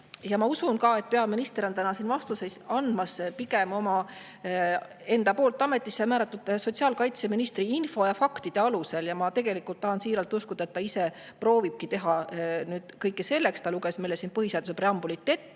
Ja ma usun, et peaminister annab täna siin vastuseid pigem enda ametisse määratud sotsiaalkaitseministri info ja faktide alusel. Ma tahan siiralt uskuda, et ta ise proovibki teha kõike selleks – ta luges meile siin põhiseaduse preambulit ette